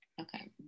Okay